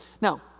Now